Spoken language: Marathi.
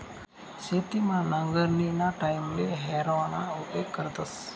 शेतमा नांगरणीना टाईमले हॅरोना उपेग करतस